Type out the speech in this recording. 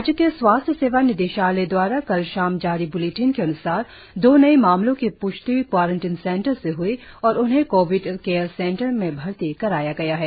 राज्य के स्वास्थ्य सेवा निदेशालय दवारा कल शाम जारी ब्लेटिन के अन्सार दो नए मामलो की प्ष्टि क्वारंटिन सेंटर से हई और उन्हें कोविड केयर सेंटर में भर्ती कराया गया है